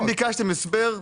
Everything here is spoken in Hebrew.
ביקשתם הסבר.